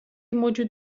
موجود